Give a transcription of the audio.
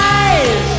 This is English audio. eyes